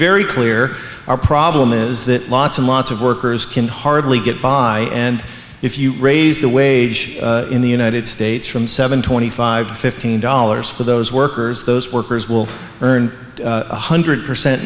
very clear our problem is that lots and lots of workers can hardly get by and if you raise the wage in the united states from seven twenty five to fifteen dollars for those workers those workers will earn one hundred percent